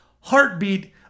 heartbeat